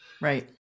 Right